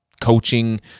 coaching